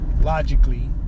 logically